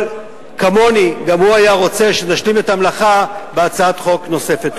אבל כמוני גם הוא היה רוצה שנשלים את המלאכה בהצעת חוק נוספת.